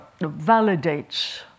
validates